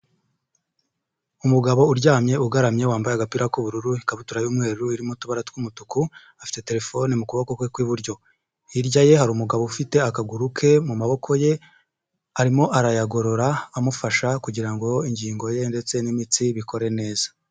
Umugabo uryamye, ugaramye wambaye agapira k'ubururu, ikabutura y'umweru irimo utubara tw'umutuku ,afite telefone mu kuboko kwe kw'iburyo. Hirya ye hari umugabo ufite akaguru ke mu maboko ye, arimo arayagorora, amufasha kugira ngo ingingo ye ndetse n'imitsi bikore neza.